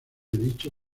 dicho